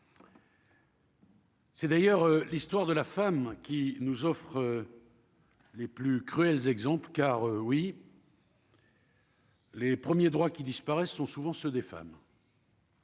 C'est d'ailleurs l'histoire de la femme qui nous offre. Les plus cruels exemple car oui. Les premiers droits qui disparaissent sont souvent ceux des femmes.